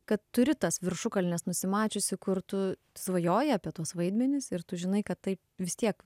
kad turi tas viršukalnes nusimačiusi kur tu svajoji apie tuos vaidmenis ir tu žinai kad tai vis tiek